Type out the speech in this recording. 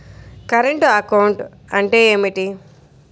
Current account అంటే ఏమిటి?